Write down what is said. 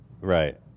Right